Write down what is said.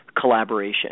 collaboration